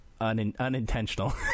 unintentional